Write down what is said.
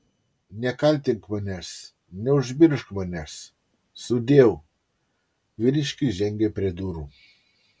nekaltink manęs neužmiršk manęs sudieu vyriškis žengė prie durų